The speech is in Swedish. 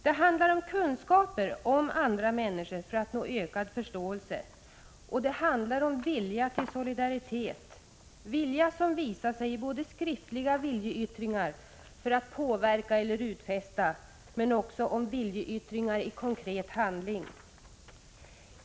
Det handlar om kunskaper om andra människor för att nå ökad förståelse. Det handlar om vilja till solidaritet, en vilja som visar sig i skriftliga viljeyttringar för att påverka eller utfästa men också i viljeyttringar genom konkret handling.